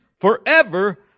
forever